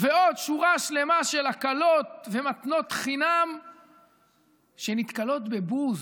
ועוד שורה שלמה של הקלות ומתנות חינם שנתקלות בבוז.